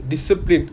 discipline